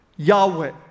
Yahweh